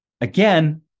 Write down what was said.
Again